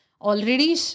already